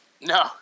No